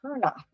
turnoff